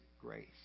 grace